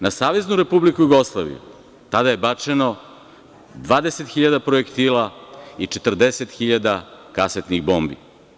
Na Saveznu Republiku Jugoslaviju tada je bačeno 20.000 projektila i 40.000 kasetnih bombi.